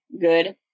good